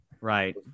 Right